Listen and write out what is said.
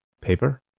paper